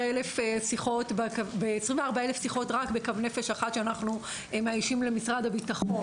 18,000 ל-24,000 שיחות רק בקו נפש אחת שאנחנו מאיישים למשרד הביטחון.